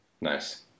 nice